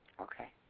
Okay